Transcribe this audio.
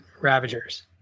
ravagers